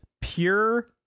pure